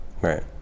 Right